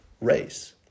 race